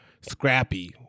scrappy